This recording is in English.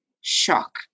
shock